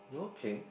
okay